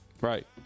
Right